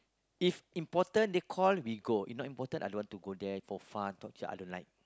if important they call we go if not important I don't want to go there for fun talk Sia I don't like